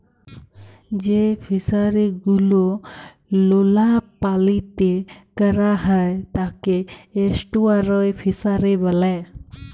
যেই ফিশারি গুলো লোলা পালিতে ক্যরা হ্যয় তাকে এস্টুয়ারই ফিসারী ব্যলে